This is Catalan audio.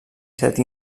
set